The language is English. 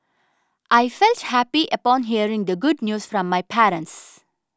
I felt happy upon hearing the good news from my parents